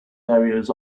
barriers